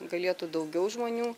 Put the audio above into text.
galėtų daugiau žmonių